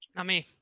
let me